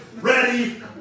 ready